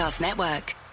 Network